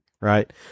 Right